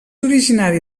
originari